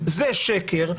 זה שקר.